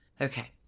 Okay